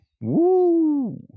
Woo